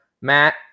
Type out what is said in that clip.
Matt